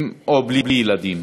עם או בלי ילדים,